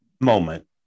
moment